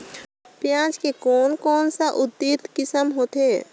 पियाज के कोन कोन सा उन्नत किसम होथे?